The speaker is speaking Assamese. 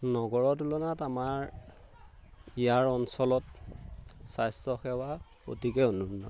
নগৰৰ তুলনাত আমাৰ ইয়াৰ অঞ্চলত স্বাস্থ্যসেৱা অতিকে অনুন্নত